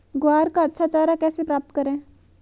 ग्वार का अच्छा चारा कैसे प्राप्त करें?